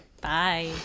Bye